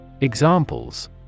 Examples